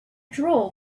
drawer